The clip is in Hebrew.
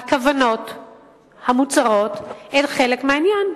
הכוונות המוצהרות, הן חלק מהעניין.